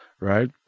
Right